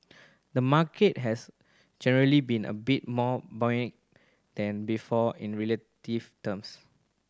the market has generally been a bit more buoyant than before in relative terms